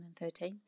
2013